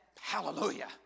Hallelujah